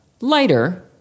lighter